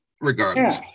Regardless